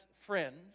friends